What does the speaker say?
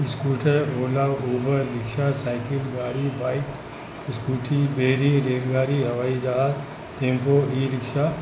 scooter Ola Uber rickshaw cycle गाॾी bike scooty ॿेड़ी rail गाॾी हवाई जहाज टैम्पो ई रिक्शा